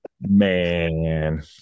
man